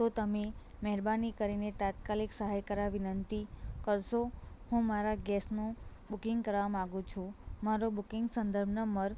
તો તમે મહેરબાની કરીને તાત્કાલિક સહાય કરવા વિનંતી કરશો હું મારા ગેસનું બુકિંગ કરાવવા માંગું છું મારો બુકિંગ સંદર્ભ નંબર